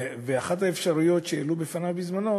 ואחת האפשרויות שהעלו בפניו בזמנו,